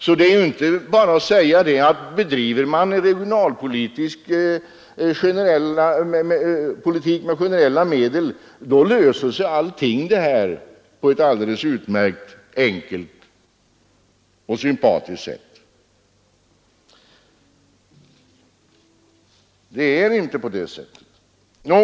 Man kan alltså inte bara säga att bedriver man regionalpolitik med generella medel löser sig alla problem på ett alldeles utmärkt enkelt och sympatiskt sätt. Det är inte på det viset.